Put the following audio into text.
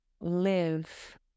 live